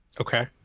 Okay